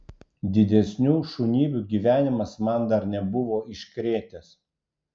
didesnių šunybių gyvenimas man dar nebuvo iškrėtęs